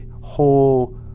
whole